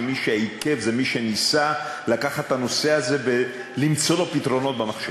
שמי שעיכב זה מי שניסה לקחת את הנושא הזה ולמצוא לו פתרונות במחשכים.